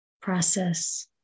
process